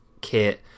kit